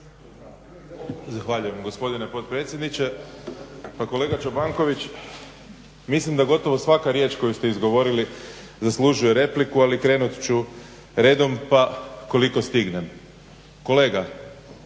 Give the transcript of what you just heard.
Zahvaljujem gospodine potpredsjedniče. Pa kolega Čobanković, mislim da gotovo svaka riječ koju ste izgovorili zaslužuje repliku, ali krenut ću redom pa koliko stignem. Kolega,